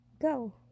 go